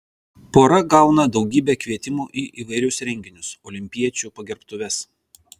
pora gauna daugybę kvietimų į įvairius renginius olimpiečių pagerbtuves